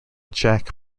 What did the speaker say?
jack